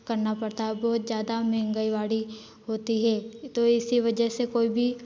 करना पड़ता है बहुत जादा महँगाई वाड़ी होती है तो इसी वजह से कोई भी